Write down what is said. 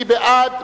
מי בעד?